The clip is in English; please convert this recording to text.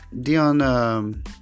Dion